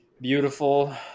beautiful